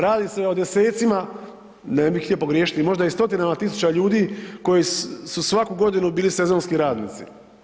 Radi se o desecima, ne bih htio pogriješiti, možda i stotinama tisuća ljudi koji su svaku godinu bili sezonski radnici.